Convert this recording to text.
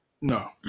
No